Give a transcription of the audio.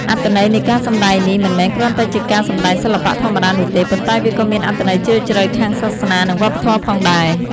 អត្ថន័យនៃការសម្តែងនេះ មិនមែនគ្រាន់តែជាការសម្តែងសិល្បៈធម្មតានោះទេ ប៉ុន្តែវាក៏មានអត្ថន័យជ្រាលជ្រៅខាងសាសនា និងវប្បធម៌ផងដែរ។